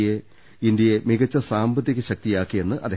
A ഇന്ത്യയെ മികച്ച സാമ്പ ത്തിക ശക്തിയാക്കിയെന്ന് അദ്ദേഹം പറഞ്ഞു